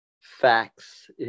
facts